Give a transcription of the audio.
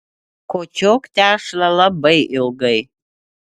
kočiok tešlą labai ilgai